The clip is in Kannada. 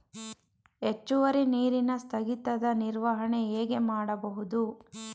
ಹೆಚ್ಚುವರಿ ನೀರಿನ ಸ್ಥಗಿತದ ನಿರ್ವಹಣೆ ಹೇಗೆ ಮಾಡಬಹುದು?